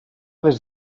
des